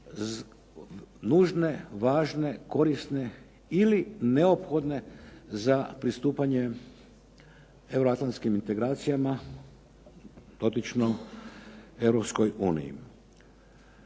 nužne, važne, korisne ili neophodne za pristupanje euroatlantskim integracijama dotičnoj EU.